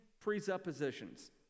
presuppositions